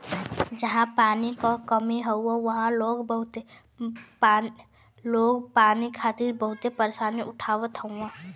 जहां पानी क कमी हौ वहां लोग पानी खातिर बहुते परेशानी उठावत हउवन